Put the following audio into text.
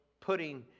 putting